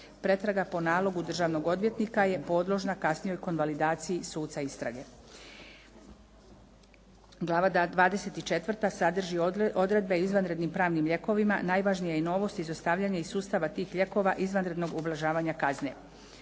Pretraga po nalogu državnog odvjetnika je podložna kasnijoj konvalidaciji suca istrage. Glava 24. sadrži odredbe izvanrednim pravnim lijekovima. Najvažnija je i novost izostavljanje iz sustava tih lijekova izvanrednog ublažavanja kazne.